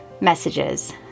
messages